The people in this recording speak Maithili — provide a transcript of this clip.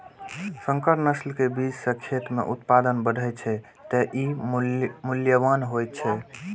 संकर नस्ल के बीज सं खेत मे उत्पादन बढ़ै छै, तें ई मूल्यवान होइ छै